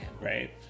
Right